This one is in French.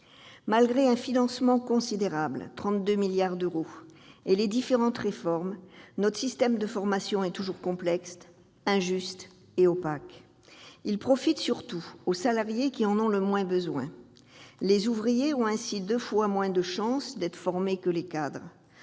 Malgré un financement considérable- 32 milliards d'euros -et différentes réformes, notre système de formation est toujours complexe, injuste et opaque. Il profite surtout aux salariés qui en ont le moins besoin. Les ouvriers ont ainsi deux fois moins de chances d'être formés que les cadres